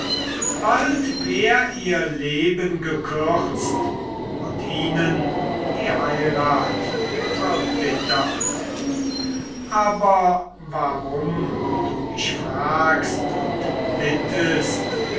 bald wär ihr leben gekürzt und ihnen die heirat verbittert aber warum du mich fragst und bittest